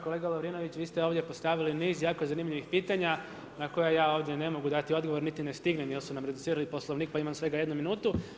Kolega Lovrinović vi ste ovdje postavili niz jako zanimljivih pitanja na koja ja ovdje ne mogu dati odgovor, niti ne stignem jer su nam reducirali Poslovnik pa imam svega jednu minutu.